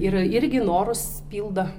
ir irgi norus pildo